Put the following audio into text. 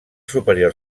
superior